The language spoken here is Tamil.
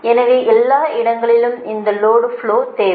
எனவே எல்லா இடங்களிலும் அந்த லோடு ஃப்லோ தேவை